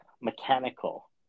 mechanical